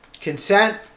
Consent